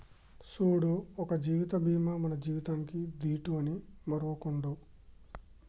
సూడు ఒక జీవిత బీమా మన జీవితానికీ దీటు అని మరువకుండు